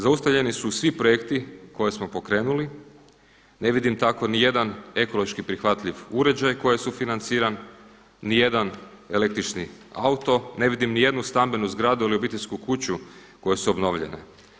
Zaustavljeni su svi projekti koje smo pokrenuli, ne vidim tako nijedan ekološki prihvatljiv uređaj koji je sufinanciran, nijedan električni auto, ne vidim nijednu stambenu zgradu ili obiteljsku kuću koje su obnovljene.